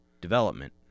development